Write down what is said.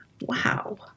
wow